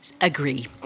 agree